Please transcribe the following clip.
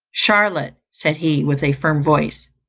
charlotte, said he, with a firm voice,